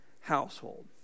household